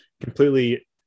completely